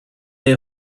they